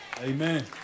Amen